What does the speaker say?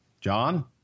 John